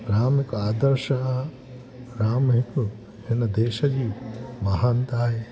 राम हिकु आदर्श आहे राम हिकु हिन देश जी महानता आहे